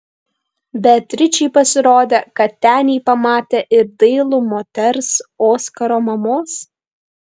beatričei pasirodė kad ten ji pamatė ir dailų moters oskaro mamos